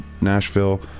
Nashville